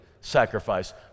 sacrifice